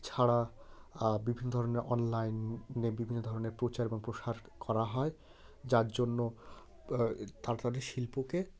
এছাড়া বিভিন্ন ধরনের অনলাইন বিভিন্ন ধরনের প্রচার এবং প্রসার করা হয় যার জন্য তাড়াতাড়ি শিল্পকে